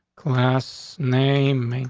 class name,